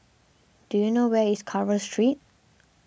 do you know where is Carver Street